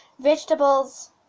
vegetables